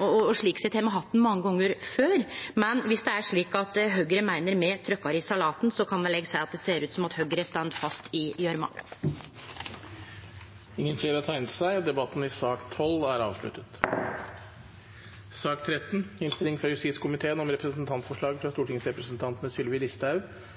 har slik sett hatt han mange gonger før. Men dersom det er slik at Høgre meiner me tråkkar i salaten, så kan vel eg seie at det ser ut som at Høgre står fast i gjørma. Flere har ikke bedt om ordet til sak